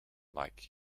like